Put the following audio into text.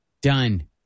Done